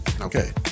Okay